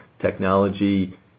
technology